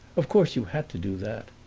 of course you had to do that.